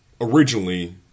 originally